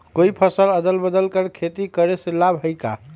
कोई फसल अदल बदल कर के खेती करे से लाभ है का?